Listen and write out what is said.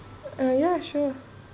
ah ya sure